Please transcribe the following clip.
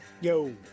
Yo